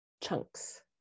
chunks